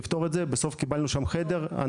טוענים שהם זכאי חוק השבות או שקיבלו אישור עקרוני